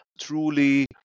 truly